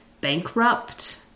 bankrupt